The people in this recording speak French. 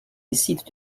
décide